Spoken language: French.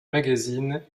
magazines